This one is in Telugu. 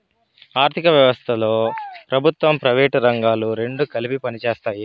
ఆర్ధిక వ్యవస్థలో ప్రభుత్వం ప్రైవేటు రంగాలు రెండు కలిపి పనిచేస్తాయి